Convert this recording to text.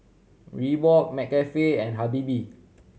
Reebok McCafe and Habibie